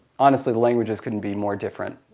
honestly, the languages couldn't be more different.